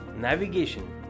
navigation